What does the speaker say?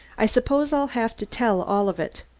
i suppose i'll have to tell all of it.